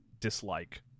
Dislike